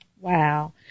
Wow